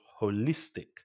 holistic